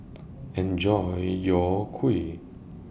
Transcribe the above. Enjoy your Kuih